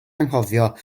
anghofio